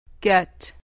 get